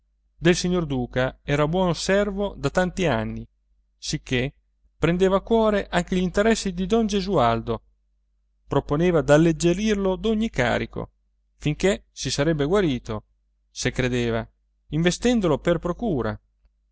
del signor duca era buon servo da tanti anni sicché prendeva a cuore anche gli interessi di don gesualdo proponeva d'alleggerirlo d'ogni carico finché si sarebbe guarito se credeva investendolo per procura